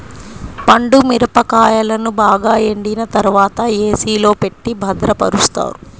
పండు మిరపకాయలను బాగా ఎండిన తర్వాత ఏ.సీ లో పెట్టి భద్రపరుస్తారు